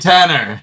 Tanner